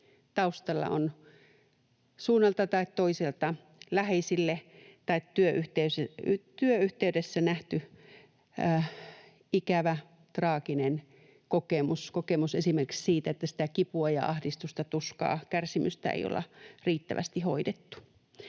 taustalla on suunnalta tai toiselta läheisellä tai työyhteisössä nähty ikävä, traaginen kokemus — kokemus esimerkiksi siitä, että kipua ja ahdistusta, tuskaa, kärsimystä ei olla riittävästi hoidettu.